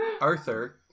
Arthur